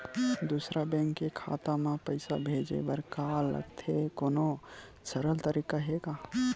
दूसरा बैंक के खाता मा पईसा भेजे बर का लगथे कोनो सरल तरीका हे का?